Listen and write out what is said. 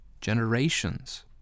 generations